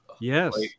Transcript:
Yes